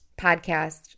podcast